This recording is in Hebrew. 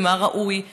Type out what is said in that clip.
ומה ראוי.